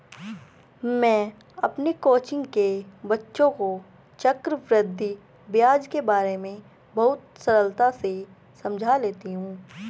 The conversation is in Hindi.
मैं अपनी कोचिंग के बच्चों को चक्रवृद्धि ब्याज के बारे में बहुत सरलता से समझा लेती हूं